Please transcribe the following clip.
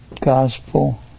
gospel